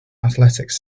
athletics